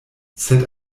sed